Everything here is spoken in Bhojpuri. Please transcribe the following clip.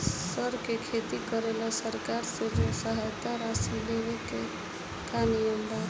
सर के खेती करेला सरकार से जो सहायता राशि लेवे के का नियम बा?